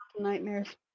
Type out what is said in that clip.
nightmares